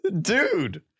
Dude